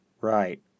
Right